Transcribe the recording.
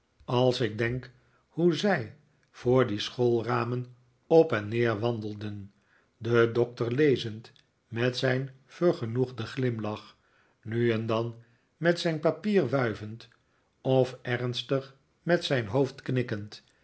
als ik denk hoe zij voor die schoolramen op en neer wandelden de doctor lezend met zijn vergenoegden glimlach nu en dan met zijn papier wuivend of ernstig met zijn hoofd knikkend